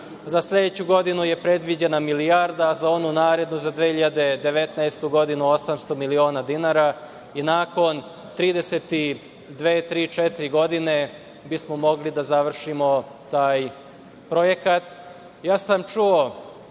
za sledeću godinu je predviđena milijarda, a za onu narednu, za 2019. godinu, 800 miliona dinara i nakon 32, 33, 34 godine bismo mogli da završimo taj projekat. Čuo sam,